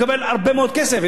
הנה, שמע אותי גם סגן שר האוצר.